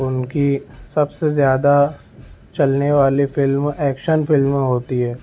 ان کی سب سے زیادہ چلنے والی فلم ایکشن فلمیں ہوتی ہے